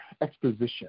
exposition